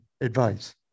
advice